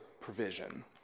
provision